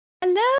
Hello